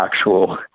actual